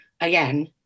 again